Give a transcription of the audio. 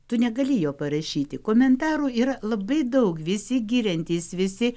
tu negali jo parašyti komentarų yra labai daug visi giriantys visi